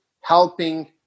helping